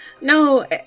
No